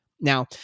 Now